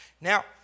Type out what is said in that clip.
Now